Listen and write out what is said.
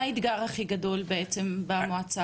מהו האתגר הכי גדול בעצם במועצה?